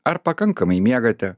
ar pakankamai miegate